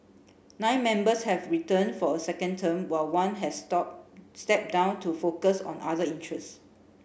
nine members have returned for a second term while one has stop stepped down to focus on other interests